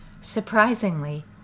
Surprisingly